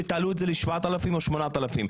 תעלו את זה ל-7,000 או ל-8,000.